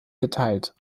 geteilt